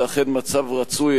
זה אכן מצב רצוי,